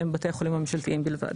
שהם בתי החולים הממשלתיים בלבד.